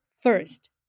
first